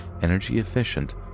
energy-efficient